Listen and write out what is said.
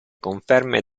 conferme